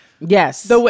Yes